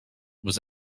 was